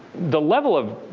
the level of